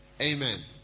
Amen